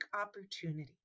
opportunity